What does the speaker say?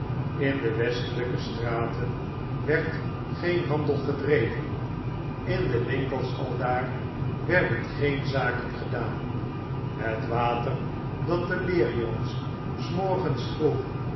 in de westelyke straten werd geen handel gedreven in de winkels aldaar werden geen zaken gedaan het water dat de leerjongens s morgens vroeg